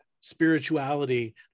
spirituality